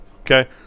Okay